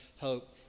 hope